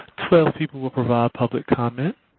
twelve people will provide public comment.